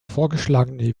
vorgeschlagene